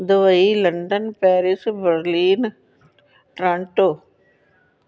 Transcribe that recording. Dubai London Paris Berlin Toronto